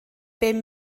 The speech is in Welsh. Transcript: bum